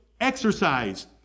exercise